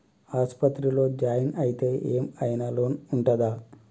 ఆస్పత్రి లో జాయిన్ అయితే ఏం ఐనా లోన్ ఉంటదా?